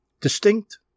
distinct